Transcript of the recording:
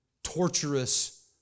torturous